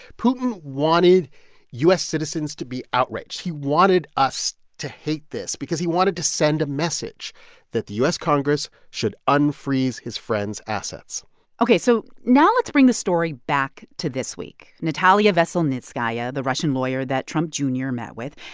putin wanted u s. citizens to be outraged. he wanted us to hate this because he wanted to send a message that the u s. congress should unfreeze his friends' assets ok. so now let's bring the story back to this week. natalia veselnitskaya, the russian lawyer that trump jr. met with,